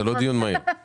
זה לא דיון מהיר.